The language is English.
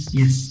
yes